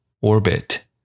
orbit